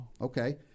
Okay